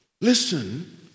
Listen